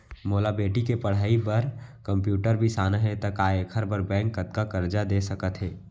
मोला बेटी के पढ़ई बार कम्प्यूटर बिसाना हे त का एखर बर बैंक कतका करजा दे सकत हे?